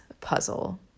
Puzzle